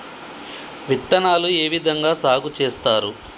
విత్తనాలు ఏ విధంగా సాగు చేస్తారు?